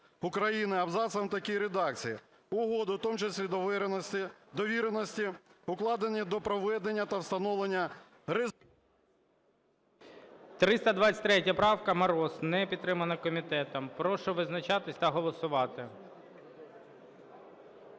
України абзацом в такій редакції: "Угоди (у тому числі довіреності), укладені до проведення та встановлення…". ГОЛОВУЮЧИЙ. 323 правка, Мороз. Не підтримана комітетом. Прошу визначатись та голосувати.